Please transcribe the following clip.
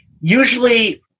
usually